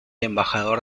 embajador